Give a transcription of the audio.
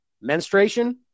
menstruation